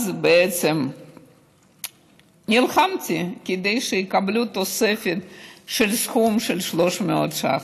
אז בעצם נלחמתי כדי שיקבלו תוספת בסכום של 300 שקל.